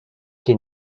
que